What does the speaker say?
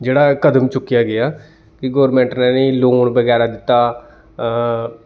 जेह्ड़ा कदम चुक्केआ गेआ फ्ही गोरमैंट ने इ'नेंगी लोन बगैरा दित्ता अं